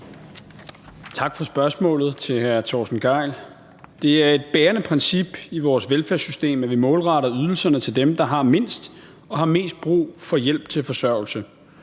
Tak for spørgsmålet fra hr. Torsten Gejl. Det er et bærende princip i vores velfærdssystem, at vi målretter ydelserne til dem, der har mindst og har mest brug for hjælp til forsørgelse.